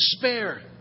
despair